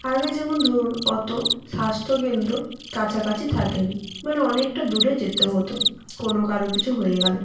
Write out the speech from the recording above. আগে যেমন ধরুন অত স্বাস্থ্যকেন্দ্র কাছাকাছি থাকেনি মানে অনেকটা দূরে যেতে হতো কোনো কারু কিছু হয়ে গেলে